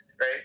right